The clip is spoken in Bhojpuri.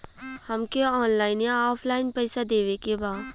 हमके ऑनलाइन या ऑफलाइन पैसा देवे के बा?